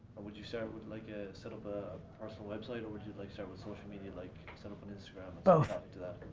would you start a like ah sort of ah personal website or would your like start with social media, like set up an instagram both.